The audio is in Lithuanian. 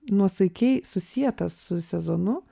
nuosaikiai susietas su sezonu